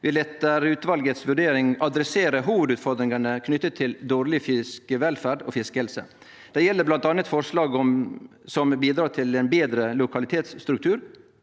vil etter utvalgets vurdering adressere hovedutfordringene knyttet til dårlig fiskevelferd og fiskehelse. Det gjelder blant annet forslag som bidrar til en bedre lokalitetsstruktur